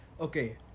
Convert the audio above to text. Okay